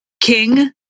king